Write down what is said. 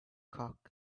cock